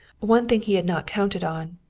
one thing he had not counted on,